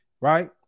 right